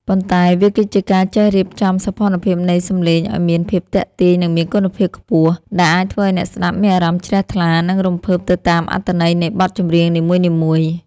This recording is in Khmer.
ប៉ុន្តែវាគឺជាការចេះរៀបចំសោភ័ណភាពនៃសម្លេងឱ្យមានភាពទាក់ទាញ និងមានគុណភាពខ្ពស់ ដែលអាចធ្វើឱ្យអ្នកស្តាប់មានអារម្មណ៍ជ្រះថ្លា និងរំភើបទៅតាមអត្ថន័យនៃបទចម្រៀងនីមួយៗ។